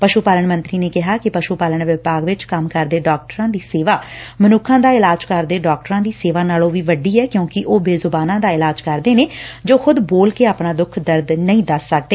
ਪਸ਼ੂ ਪਾਲਣ ਮੰਤਰੀ ਨੇ ਕਿਹਾ ਕਿ ਪਸ਼ੂ ਪਾਲਣ ਵਿਭਾਗ ਵਿੱਚ ਕੰਮ ਕਰਦੇ ਡਾਕਟਰ ਦੀ ਸੇਵਾ ਮਨੁੱਖਾ ਦਾ ਇਲਾਜ਼ ਕਰਦੇ ਡਾਕਟਰਾਂ ਦੀ ਸੇਵਾ ਨਾਲੋਂ ਵੀ ਵੱਡੀ ਏ ਕਿਉਕਿ ਉਹ ਬੇਜੁਬਾਨਾਂ ਦਾ ਇਲਾਜ ਕਰਦੇ ਨੇ ਜੋ ਖੁਦ ਬੋਲ ਕੇ ਆਪਣਾ ਦੁੱਖ ਦਰਦ ਨਹੀ ਦੱਸ ਸਕਦੇ